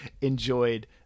enjoyed